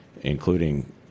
including